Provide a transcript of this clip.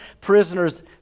prisoners